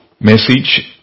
message